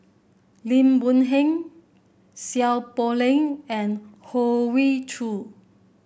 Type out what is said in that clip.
Lim Boon Heng Seow Poh Leng and Hoey Choo